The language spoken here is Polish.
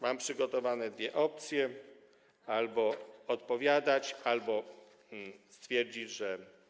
Mam przygotowane dwie opcje: albo odpowiadać, albo stwierdzić, że.